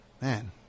Man